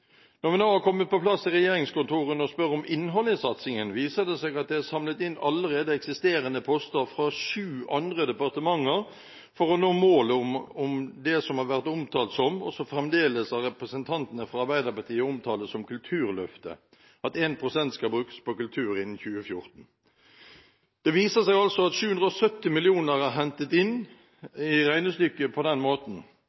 Når vi nå har kommet på plass i regjeringskontorene og spør om innholdet i satsingen, viser det seg at det er samlet inn allerede eksisterende poster fra syv andre departementer for å nå målet med det som har vært omtalt som Kulturløftet – og som av representantene fra Arbeiderpartiet fremdeles omtales som det – at 1 pst. skal brukes på kultur innen 2014. Det viser seg altså at 770 mill. kr er hentet